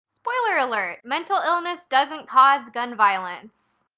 spoiler alert! mental illness doesn't cause gun violence.